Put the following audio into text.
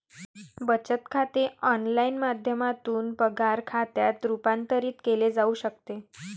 बचत खाते ऑनलाइन माध्यमातून पगार खात्यात रूपांतरित केले जाऊ शकते